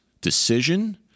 decision